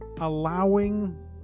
allowing